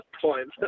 point